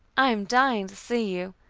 i am dying to see you.